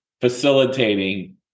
facilitating